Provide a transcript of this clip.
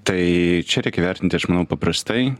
tai čia reikia vertinti aš manau paprastai